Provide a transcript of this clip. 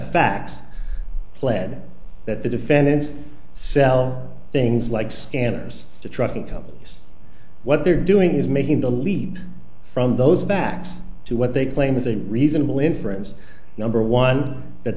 facts pled that the defendants sell things like scanners to trucking companies what they're doing is making the leap from those facts to what they claim is a reasonable inference number one but